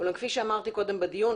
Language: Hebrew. אולם כפי שאמרתי קודם בדיון,